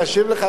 להשיב לך?